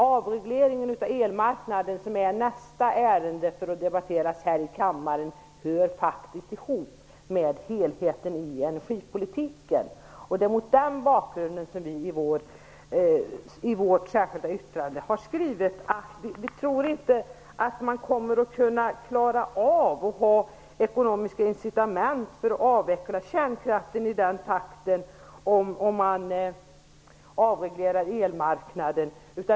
Avregleringen av elmarknaden, som är nästa ärende som skall debatteras här i kammaren, hör faktiskt ihop med helheten i energipolitiken. Det är mot den bakgrunden som vi i vårt särskilda yttrande har skrivit att vi inte tror att man kommer att ha ekonomiska incitament för att avveckla kärnkraften i den beslutade takten, om vi avreglerar elmarknaden.